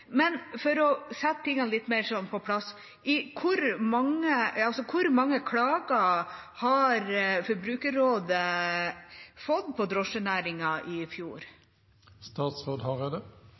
Men for å sette dette litt mer på plass: Hvor mange klager har Forbrukerrådet fått på drosjenæringen i